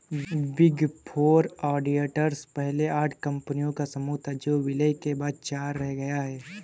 big four auditors पहले आठ कंपनियों का समूह था जो विलय के बाद चार रह गया